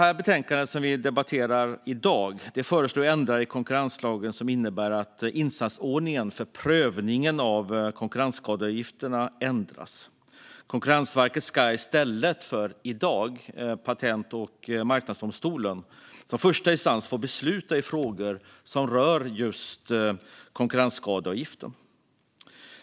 I betänkandet vi debatterar i dag föreslås ändringar i konkurrenslagen som innebär att instansordningen för prövningen av konkurrensskadeavgifterna ändras. Konkurrensverket ska, i stället för som i dag Patent och marknadsdomstolen, som första instans få besluta i frågor som rör just konkurrensskadeavgiften.